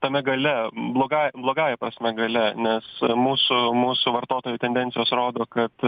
tame gale bloga blogąja prasme gale nes mūsų mūsų vartotojų tendencijos rodo kad